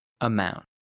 amount